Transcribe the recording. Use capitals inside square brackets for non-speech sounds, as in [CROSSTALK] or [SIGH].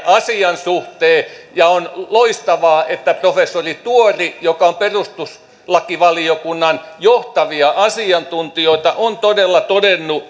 asian suhteen ja on loistavaa että professori tuori joka on perustuslakivaliokunnan johtavia asiantuntijoita on todella todennut [UNINTELLIGIBLE]